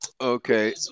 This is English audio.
Okay